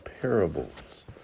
parables